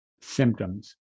symptoms